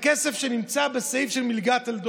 ישראל הכפילה את הכסף שנמצא בסעיף של מלגת טלדור,